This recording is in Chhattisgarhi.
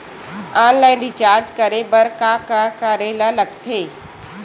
ऑनलाइन रिचार्ज करे बर का का करे ल लगथे?